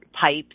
pipes